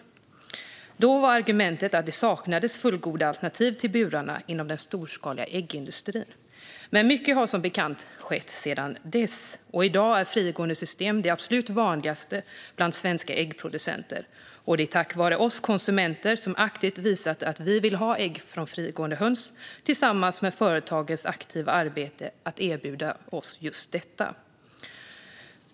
Då var argumentet att det saknades fullgoda alternativ till burarna inom den storskaliga äggindustrin. Mycket har dock som bekant skett sedan dess. I dag är frigående system det absolut vanligaste bland svenska äggproducenter. Det är tack vare oss konsumenter, som aktivt visat att vi vill ha ägg från frigående höns, och företagens aktiva arbete att erbjuda oss just detta.